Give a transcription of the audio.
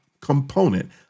component